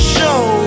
Show